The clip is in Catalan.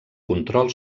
control